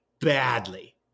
badly